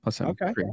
okay